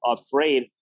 afraid